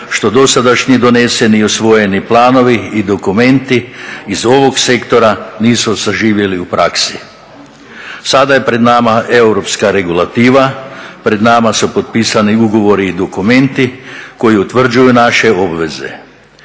što dosadašnji doneseni i usvojeni planovi i dokumenti iz ovog sektora nisu saživjeli u praksi. Sada je pred nama europska regulativa, pred nama su potpisani ugovori i dokumenti koji utvrđuju naše obveze.